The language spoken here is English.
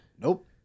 Nope